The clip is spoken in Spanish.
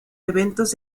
eventos